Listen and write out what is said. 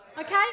Okay